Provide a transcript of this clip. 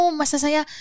masasaya